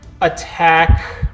attack